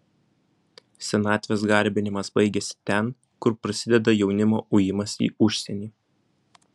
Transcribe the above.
senatvės garbinimas baigiasi ten kur prasideda jaunimo ujimas į užsienį